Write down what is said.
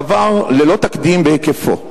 דבר ללא תקדים בהיקפו.